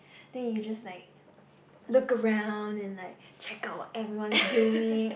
then you just like look around and like check out what everyone's doing